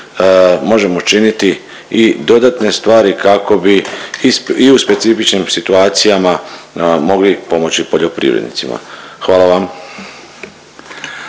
možemo činiti i dodatne stvari kako bi i u specifičnom situacijama mogli pomoći poljoprivrednicima, hvala vam.